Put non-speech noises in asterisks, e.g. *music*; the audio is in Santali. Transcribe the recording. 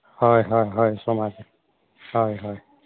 ᱦᱳᱭ ᱦᱳᱭ ᱦᱳᱭ *unintelligible* ᱦᱳᱭ ᱦᱳᱭ